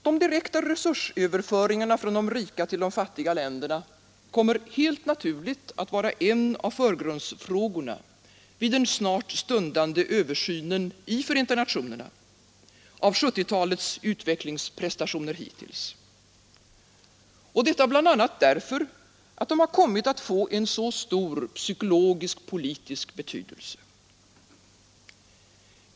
De direkta resursöverföringarna från de rika till de fattiga länderna kommer helt naturligt att vara en av förgrundsfrågorna vid den snart stundande översynen i Förenta nationerna av 1970-talets utvecklingsprestationer hittills, detta bl.a. därför att de har kommit att få en så stor psykologisk-politisk betydelse.